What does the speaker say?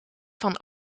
van